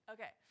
Okay